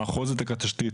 מה חוזק התשתית,